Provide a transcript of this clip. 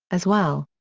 as well.